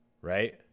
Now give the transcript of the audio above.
right